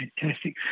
Fantastic